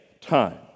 time